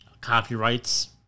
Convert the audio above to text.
Copyrights